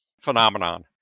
phenomenon